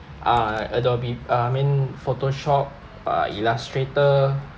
uh Adobe uh I mean Photoshop uh illustrator